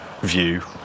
view